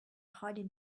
hiding